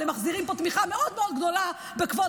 אבל הם מחזירים פה תמיכה מאוד מאוד גדולה בכבוד